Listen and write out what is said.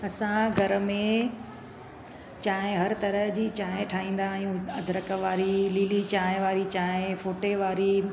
घर में चांहि हर तरह जी चांहि ठाहींदा आहियूं अदरक वारी लीली चांहि वारी चांहि फोटे वारी